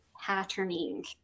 patterning